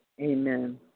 Amen